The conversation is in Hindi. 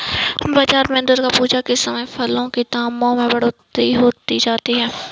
बाजार में दुर्गा पूजा के समय फलों के दामों में बढ़ोतरी हो जाती है